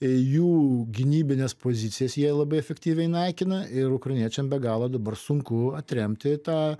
jų gynybines pozicijas jie labai efektyviai naikina ir ukrainiečiam be galo dabar sunku atremti tą